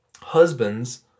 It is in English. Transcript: Husbands